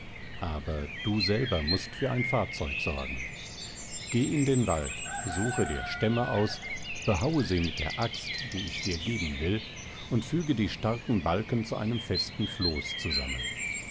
aber du selber mußt für ein fahrzeug sorgen geh in den wald suche dir stämme aus behaue sie mit der axt die ich dir geben will und füge die starken balken zu einem festen floß zusammen